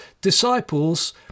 disciples